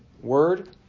word